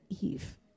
Eve